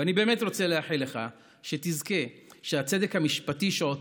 ואני באמת רוצה לאחל לך שתזכה שהצדק המשפטי שעוד